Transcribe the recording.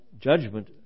judgment